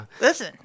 Listen